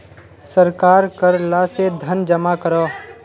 सरकार कर ला से धन जमा करोह